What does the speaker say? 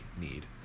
need